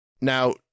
Now